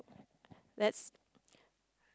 that's